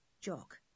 Jock